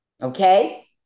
Okay